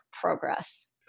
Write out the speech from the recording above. progress